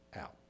out